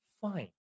Fine